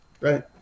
right